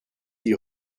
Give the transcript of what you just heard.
die